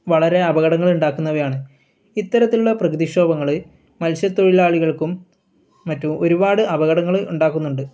വളരെ അപകടങ്ങളുണ്ടാക്കുന്നവയാണ് ഇത്തരത്തിലുള്ള പ്രകൃതി ക്ഷോഭങ്ങൾ മത്സ്യ തൊഴിലാളികൾക്കും മറ്റും ഒരുപാട് അപകടങ്ങൾ ഉണ്ടാക്കുന്നുണ്ട്